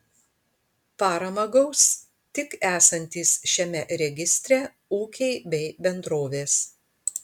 paramą gaus tik esantys šiame registre ūkiai bei bendrovės